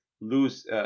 lose